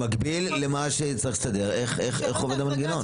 במקביל למה שצריך להסתדר איך עובד המנגנון.